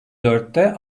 dörtte